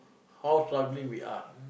how struggling we are